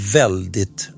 väldigt